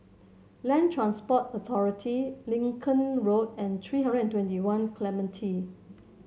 Land Transport Authority Lincoln Road and three hundred twenty One Clementi